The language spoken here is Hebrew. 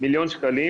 מיליון שקלים,